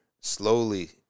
slowly